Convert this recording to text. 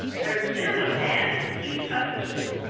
er there's a man, he's comin' with it,